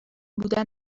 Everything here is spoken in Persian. بودن